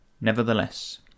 Nevertheless